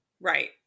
Right